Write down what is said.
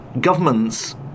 governments